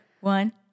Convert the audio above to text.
One